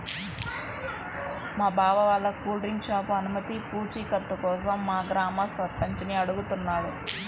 మా బావ వాళ్ళ కూల్ డ్రింక్ షాపు అనుమతి పూచీకత్తు కోసం మా గ్రామ సర్పంచిని అడుగుతున్నాడు